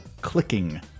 clicking